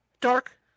dark